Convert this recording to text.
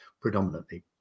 predominantly